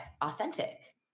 authentic